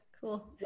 Cool